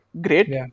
great